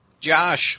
Josh